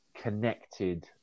connected